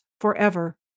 forever